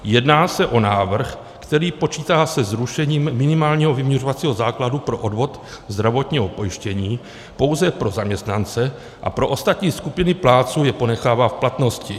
Jedná se o návrh, který počítá se zrušením minimálního vyměřovacího základu pro odvod zdravotního pojištění pouze pro zaměstnance a pro ostatní skupiny plátců je ponechává v platnosti.